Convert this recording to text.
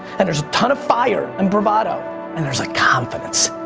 and there's a ton of fire and bravado and there's a confidence.